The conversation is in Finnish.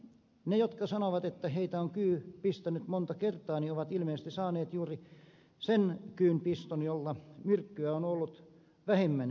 ne jotka sanovat että heitä on kyy pistänyt monta kertaa ovat ilmeisesti saaneet juuri sen kyyn piston jolla myrkkyä on ollut vähemmän pistettävänä